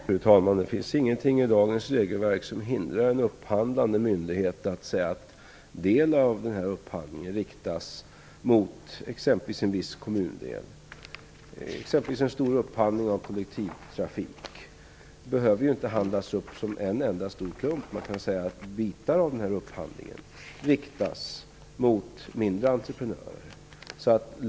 Fru talman! Det finns ingenting i dagens regelverk som hindrar en upphandlande myndighet rikta en del av upphandlingen mot exempelvis en viss kommundel. Det kan exempelvis gälla en stor upphandling av kollektivtrafik. Det behöver inte handlas upp som en enda stor klump. Bitar av upphandlingen kan riktas mot mindre entreprenörer.